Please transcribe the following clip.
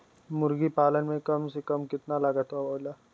मुर्गी पालन में कम से कम कितना लागत आवेला?